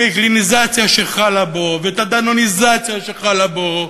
הפייגליניזציה שחלה בו ואת הדנוניזציה שחלה בו